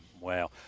Wow